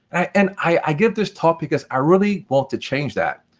and i get this topic, because i really want to change that.